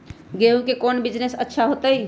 गेंहू के कौन बिजनेस अच्छा होतई?